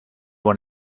want